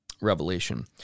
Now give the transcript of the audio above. revelation